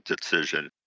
decision